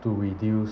to reduce